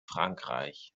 frankreich